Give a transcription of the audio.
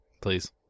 Please